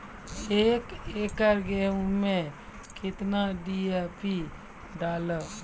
एक एकरऽ गेहूँ मैं कितना डी.ए.पी डालो?